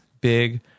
big